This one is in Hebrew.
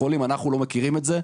ואתם כולכם מכירים את זה,